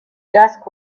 dusk